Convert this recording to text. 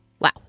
Wow